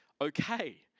okay